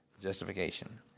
justification